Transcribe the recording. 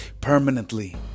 Permanently